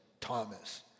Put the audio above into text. Thomas